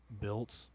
built